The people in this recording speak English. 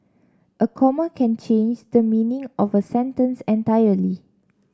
a comma can change the meaning of a sentence entirely